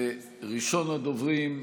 וראשון הדוברים,